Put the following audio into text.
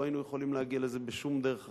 לא היינו יכולים להגיע לזה בשום דרך אחרת.